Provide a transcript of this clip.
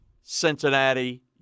Cincinnati